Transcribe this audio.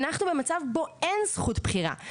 אנחנו במצב בו אין זכות בחירה,